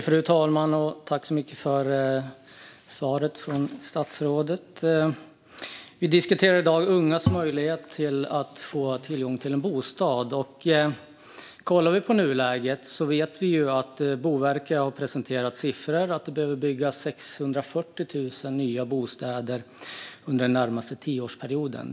Fru talman! Jag tackar så mycket för svaret från statsrådet. Vi diskuterar i dag ungas möjlighet att få tillgång till en bostad. Kollar vi på nuläget kan vi konstatera att Boverket har presenterat siffror på att det behöver byggas 640 000 nya bostäder under den närmaste tioårsperioden.